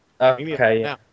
okay